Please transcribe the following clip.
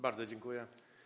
Bardzo dziękuję.